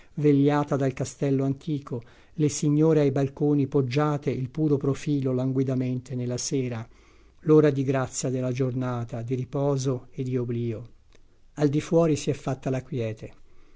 vegliata dal castello antico le signore ai balconi poggiate il puro profilo languidamente nella sera l'ora di grazia della giornata di riposo e di oblio al di fuori si è fatta la quiete